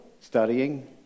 studying